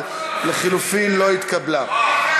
איל בן ראובן ויעל כהן-פארן,